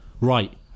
Right